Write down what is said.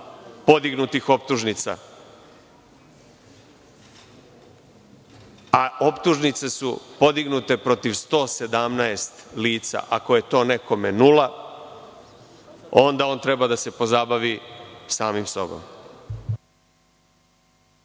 podignutih optužnica, a optužnice su podignute protiv 117 lica, ako je to nekome nula onda on treba da se pozabavi samim sobom.